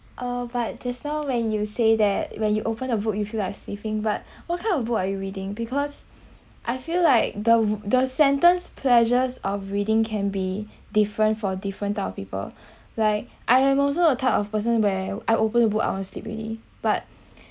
oh but just now when you say that when you open a book you feel like sleeping but what kind of book are you reading because I feel like the the sentence pleasures of reading can be different for different type of people like I am also a type of person where I open the book I want to sleep already but